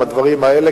עם הדברים האלה,